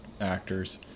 actors